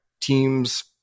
teams